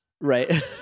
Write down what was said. Right